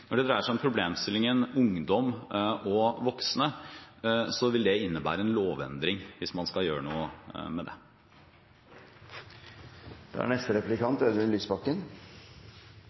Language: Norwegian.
Når det dreier seg om problemstillingen ungdom og voksne, vil det innebære en lovendring hvis man skal gjøre noe med